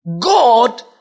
God